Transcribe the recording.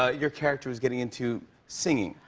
ah your character was getting into singing.